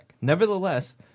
Nevertheless